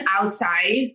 outside